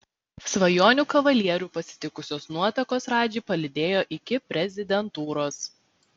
svajonių kavalierių pasitikusios nuotakos radžį palydėjo iki prezidentūros